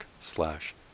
slash